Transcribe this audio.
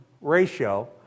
ratio